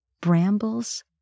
Brambles